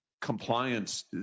compliance